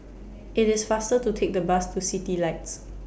IT IS faster to Take The Bus to Citylights